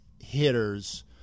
hitters